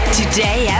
Today